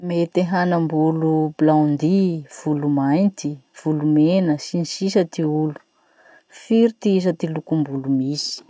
Mety hanam-bolo blondy, volo mainty, volo mena sy ny sisa ty olo. Firy ty isa ty lokom-bolo misy?